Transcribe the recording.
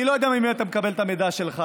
אני לא יודע ממי אתה מקבל את המידע שלך.